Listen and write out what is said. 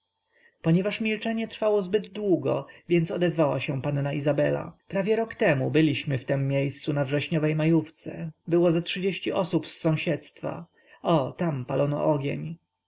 ponieważ milczenie trwało zbyt długo więc odezwała się panna izabela prawie rok temu byliśmy w tem miejscu na wrześniowej majówce było ze trzydzieści osób z sąsiedztwa o tam palono ogień